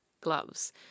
gloves